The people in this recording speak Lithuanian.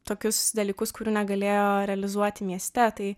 tokius dalykus kurių negalėjo realizuoti mieste tai